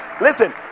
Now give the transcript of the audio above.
listen